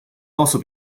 also